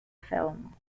film